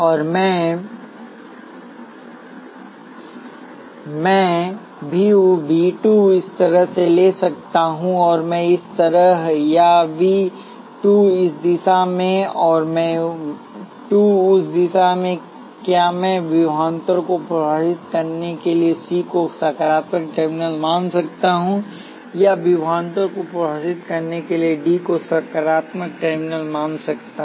और मैं वी 2 इस तरह से ले सकता हूं और मैं 2 इस तरह या वी 2 इस दिशा में और मैं 2 उस दिशा में क्या मैंविभवांतरको परिभाषित करने के लिए सी को सकारात्मक टर्मिनल मान सकता हूं याविभवांतरको परिभाषित करने के लिए डी को सकारात्मक टर्मिनल माना जा सकता है